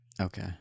Okay